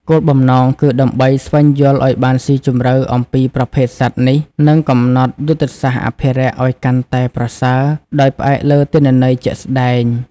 គោលបំណងគឺដើម្បី ស្វែងយល់ឲ្យបានស៊ីជម្រៅ អំពីប្រភេទសត្វនេះ និងកំណត់ យុទ្ធសាស្ត្រអភិរក្សឲ្យកាន់តែប្រសើរ ដោយផ្អែកលើទិន្នន័យជាក់ស្តែង។